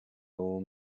old